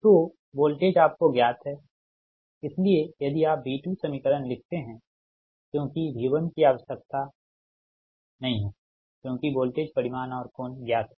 तो वोल्टेज आपको ज्ञात है इसलिए यदि आप V2 समीकरण लिखते हैं क्योंकि V1 की आवश्यकता नहीं है क्योंकि वोल्टेज परिमाण और कोण ज्ञात हैं